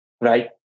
Right